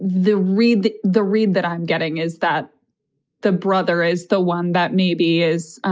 the read the the read that i'm getting is that the brother is the one that maybe is